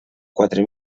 quatre